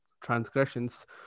transgressions